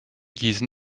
gießen